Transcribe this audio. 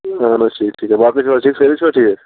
اَہَن حظ ٹھیٖک ٹھیٖک باقٕے چھِو حظ ٹھیٖک سأری چھِوا ٹھیٖک